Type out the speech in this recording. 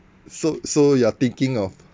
so so you are thinking of